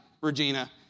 Regina